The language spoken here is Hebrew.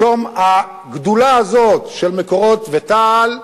פתאום הגדולה הזאת של "מקורות" ותה"ל,